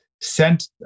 sent